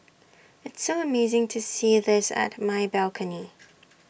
it's so amazing to see this at my balcony